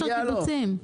קיבוצים?